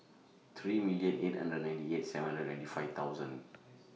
three million eight hundred and ninety eight seven and ninety five thousand